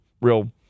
real